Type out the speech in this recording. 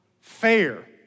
fair